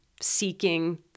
seeking –